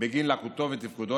בגין לקותו ותפקודו,